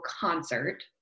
concert